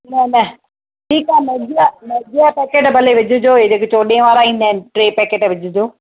न न ठीकु आहे मैगीअ जा मैगीअ जा पैकेट भले विझिजो इहे जेके चोॾहें वारा ईंदा आहिनि टे पैकेट विझिजो